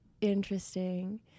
interesting